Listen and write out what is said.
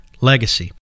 Legacy